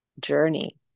journey